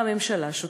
והממשלה שותקת".